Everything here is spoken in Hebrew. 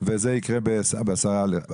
זה יקרה בעשרה ל-11.